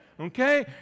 okay